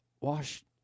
Wash